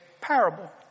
parable